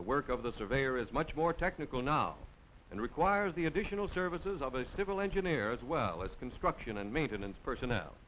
the work of the surveyor is much more technical now and requires the additional services of civil engineer as well as construction and maintenance personnel